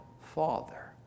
father